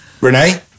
Renee